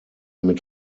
mit